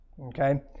Okay